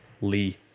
Lee